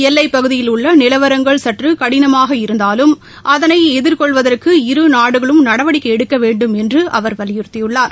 எல்லைப்பகுதியில் உள்ள நிலவரங்கள் சற்று கடினமாக இருந்தாலும் அதனை எதிர்கொள்வதற்கு இரு நாடுகளும் நடவடிக்கை எடுக்க வேண்டுமென்று அவர் வலியுறுத்தியுள்ளார்